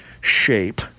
shape